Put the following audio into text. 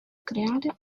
creare